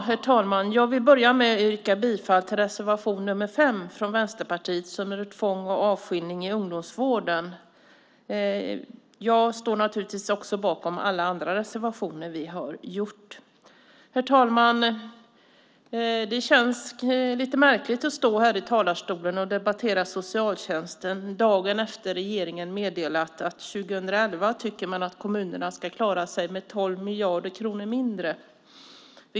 Herr talman! Jag yrkar bifall till Vänsterpartiets reservation 5 som rör tvångsvård och avskiljning i ungdomsvården. Men naturligtvis står jag bakom våra övriga reservationer. Herr talman! Det känns lite märkligt att dagen efter det att regeringen meddelat att man tycker att kommunerna år 2011 ska klara sig med 12 miljarder kronor mindre stå här i talarstolen och debattera socialtjänsten.